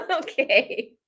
Okay